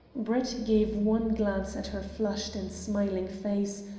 brett gave one glance at her flushed and smiling face,